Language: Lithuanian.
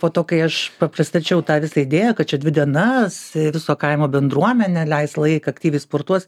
po to kai aš pa pristačiau tą visą idėją kad čia dvi dienas viso kaimo bendruomenė leis laiką aktyviai sportuos